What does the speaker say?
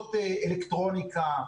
שלומדות אלקטרוניקה,